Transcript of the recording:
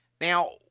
Now